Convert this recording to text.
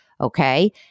Okay